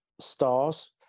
stars